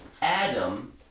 Adam